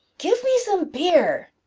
give me some beer!